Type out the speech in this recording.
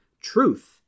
truth